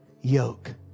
yoke